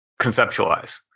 conceptualize